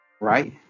right